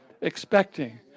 Expecting